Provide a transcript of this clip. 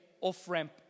off-ramp